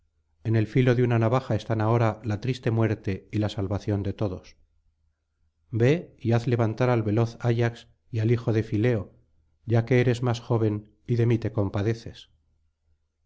en el filo de una navaja están ahora la triste muerte y la salvación de todos ve y haz levantar al veloz ayax y al hijo de fileo ya que eres más joven y de mí te compadeces